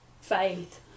faith